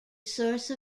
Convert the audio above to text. source